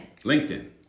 LinkedIn